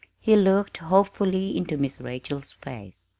he looked hopefully into miss rachel's face.